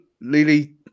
Lily